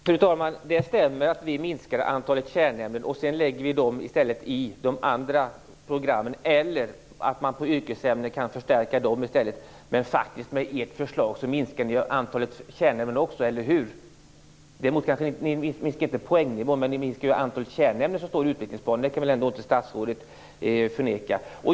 Fru talman! Det stämmer att vi vill minska antalet kärnämnen och lägger dem i stället i de andra programmen eller förstärker yrkesämnen. Med ert förslag minskar ni också antalet kärnämnen, eller hur? Däremot minskar ni inte poängnivån men antalet kärnämnen i utbildningsplanen. Det kan väl inte statsrådet förneka.